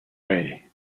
way